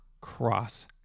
Cross